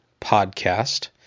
Podcast